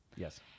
Yes